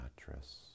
mattress